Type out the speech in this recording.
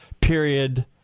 period